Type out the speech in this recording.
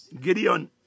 Gideon